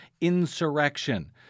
insurrection